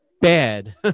bad